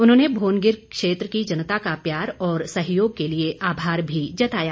उन्होंने भोनगिर क्षेत्र की जनता का प्यार और सहयोग के लिए आभार भी जताया